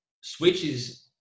switches